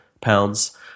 pounds